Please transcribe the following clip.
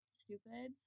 stupid